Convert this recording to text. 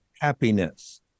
happiness